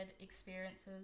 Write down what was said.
experiences